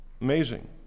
Amazing